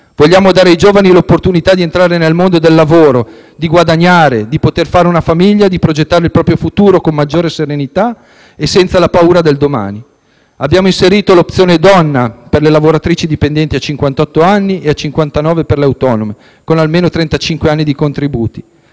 Vogliamo dare ai giovani l'opportunità di entrare nel mondo del lavoro, guadagnare, fare una famiglia, progettare il proprio futuro con maggior serenità e senza la paura del domani. Abbiamo inserito l'opzione donna per le lavoratrici dipendenti a cinquantotto anni e a cinquantanove per le autonome con almeno trentacinque anni di contributi.